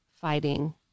fighting